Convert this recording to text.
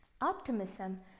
Optimism